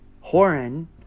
Horan